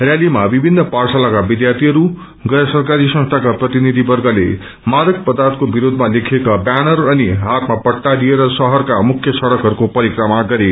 रयालीमा विभिन्न पाठशालाका विद्यार्थी गैर सरकारी संस्थाका प्रतिनिषवर्गले मादक पदार्थको विरोषमा लेखिएका ब्यानर अनि हातमा पट्टा लिएर शहरका मुख्य सङ्कहरूको परिक्रमा गरे